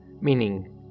meaning